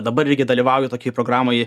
dabar irgi dalyvauju tokioj programoj